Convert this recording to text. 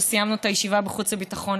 כשסיימנו את הישיבה בחוץ וביטחון,